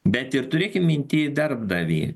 bet ir turėkim minty darbdavį